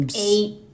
Eight